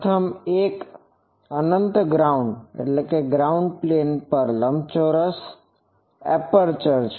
પ્રથમ એક અનંત ગ્રાઉન્ડ પ્લેન પર લંબચોરસ એપ્રેચર છે